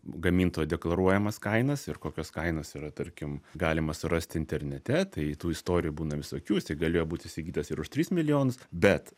gamintojo deklaruojamas kainas ir kokios kainos yra tarkim galima surasti internete tai tų istorijų būna visokių tai galėjo būti įsigytas ir už tris milijonus bet